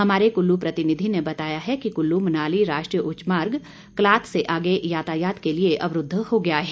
हमारे कुल्लू प्रतिनिधि ने बताया है कि कुल्लू मनाली राष्ट्रीय उच्च मार्ग कलाथ से आगे यातायात के लिए अवरूद्व हो गया है